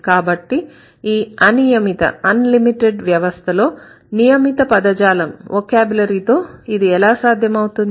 కాబట్టి ఈ అనియమిత వ్యవస్థలో నియమిత పదజాలం తో ఇది ఎలా సాధ్యమవుతుంది